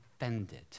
offended